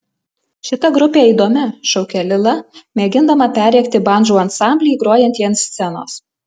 šita grupė įdomi šaukia lila mėgindama perrėkti bandžų ansamblį grojantį ant scenos